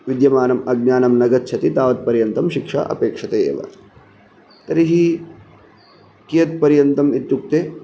विद्यमानम् अज्ञानं न गच्छति तावत्पर्यन्तं शिक्षा अपेक्षते एव तर्हि कियत्पर्यन्तम् इत्युक्ते